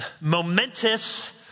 momentous